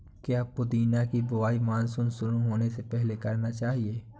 क्या पुदीना की बुवाई मानसून शुरू होने से पहले करना चाहिए?